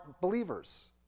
believers